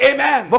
Amen